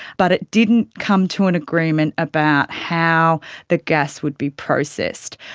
but it didn't come to an agreement about how the gas would be processed.